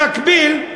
במקביל,